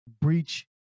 breach